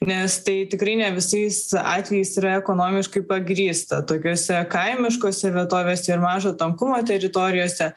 nes tai tikrai ne visais atvejais yra ekonomiškai pagrįsta tokiuose kaimiškose vietovėse ir mažo tankumo teritorijose